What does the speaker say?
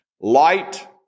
light